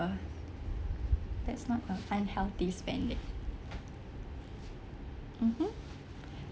that's not a unhealthy spending mmhmm